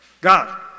God